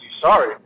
sorry